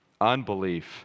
Unbelief